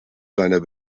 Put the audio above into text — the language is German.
seiner